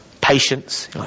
patience